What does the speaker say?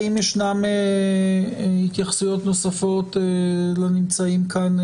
האם ישנן התייחסויות נוספות לנמצאים בחדר?